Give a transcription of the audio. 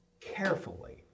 carefully